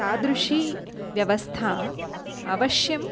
तादृशी व्यवस्था अवश्यं